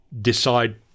decide